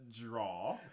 draw